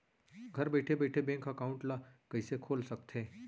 घर बइठे बइठे बैंक एकाउंट ल कइसे खोल सकथे?